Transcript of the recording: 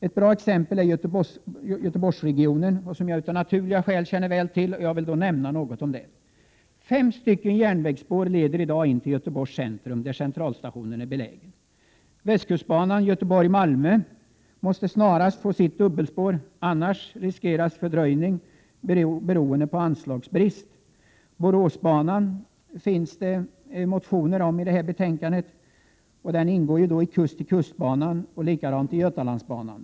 Ett bra exempel i detta sammanhang är situationen i Göteborgsregionen, som jag av naturliga skäl känner till och som jag därför något vill kommentera. Fem järnvägsspår leder i dag in till Göteborgs centrum, där centralstationen är belägen. Västkustbanan Göteborg-Malmö måste snarast få sitt dubbelspår — annars finns det en risk att det hela fördröjs beroende på anslagsbrist. Om Boråsbanan finns det också motioner som behandlas i detta betänkande. Boråsbanan ingår i kust-till-kust-banan samt i Götalandsbanan.